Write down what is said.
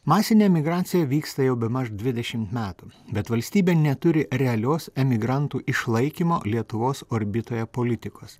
masinė emigracija vyksta jau bemaž dvidešim metų bet valstybė neturi realios emigrantų išlaikymo lietuvos orbitoje politikos